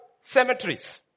Cemeteries